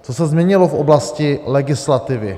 Co se změnilo v oblasti legislativy?